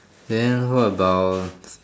then what about